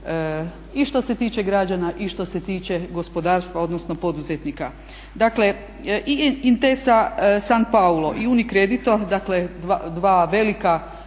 I što se tiče građana i što se tiče gospodarstva odnosno poduzetnika. Dakle i Intesa Sanpaolo i UniCredit dakle dva velika